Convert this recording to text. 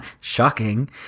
Shocking